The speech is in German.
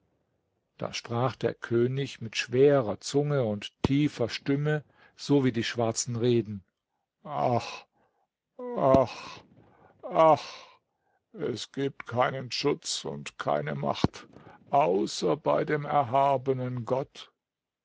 da sprach der könig mit schwerer zunge und tiefer stimme so wie die schwarzen reden ach ach ach es gibt keinen schutz und keine macht außer bei dem erhabenen gott